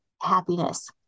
happiness